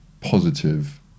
positive